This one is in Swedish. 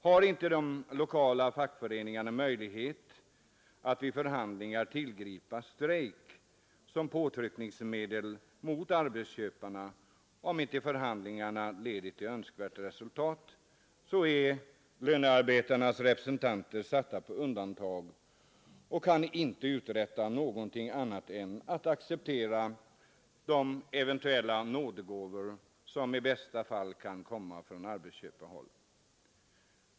Har inte de lokala fackföreningarna möjlighet att vid förhandlingar tillgripa strejk som påtryckningsmedel mot arbetsköparna om inte förhandlingarna leder till önskvärt resultat är lönearbetarnas representanter satta på undantag och kan inte uträtta något annat än att acceptera de eventuella nådegåvor som i bästa fall kan komma från arbetsköparhåll.